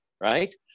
right